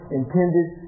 intended